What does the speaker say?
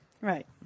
right